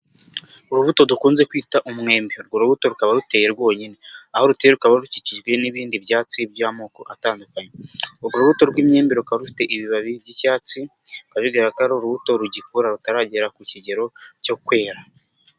Urubuto dukunze kwita umwembe urwo rubuto rukaba ruteye rwonyine aho ruteye rukaba rukikijwe n'ibindi byatsi by'amoko atandukanye urwo rubuto rw'imyembe rukaba rufite ibibabi by'icyatsi bikaba bigaragara ko ari urubuto rugikura rutaragera ku kigero cyo kwera.